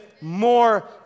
More